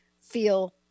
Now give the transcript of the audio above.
Feel